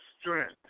strength